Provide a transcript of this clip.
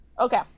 okay